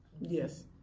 yes